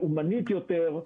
לאומנית יותר,